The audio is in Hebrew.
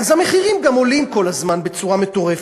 אז המחירים גם עולים כל הזמן בצורה מטורפת.